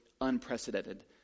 unprecedented